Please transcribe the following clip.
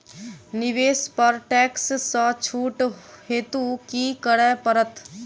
निवेश पर टैक्स सँ छुट हेतु की करै पड़त?